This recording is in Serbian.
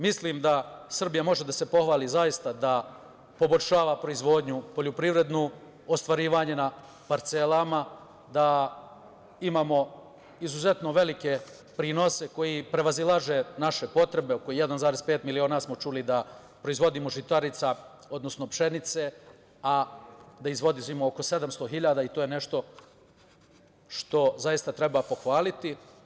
Mislim da Srbija može da se pohvali zaista da poboljšava proizvodnju poljoprivrednu, ostvarivanje na parcelama, da imamo izuzetno velike prinose, koji prevazilaze naše potrebe, oko 1,5 miliona smo čuli da proizvodimo žitarica, odnosno pšenice, a da izvozimo oko 700 hiljada i to je nešto što zaista treba pohvaliti.